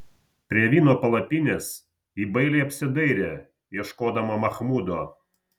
prie vyno palapinės ji bailiai apsidairė ieškodama machmudo